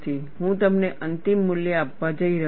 હું તમને અંતિમ મૂલ્યો આપવા જઈ રહ્યો છું